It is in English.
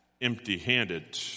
empty-handed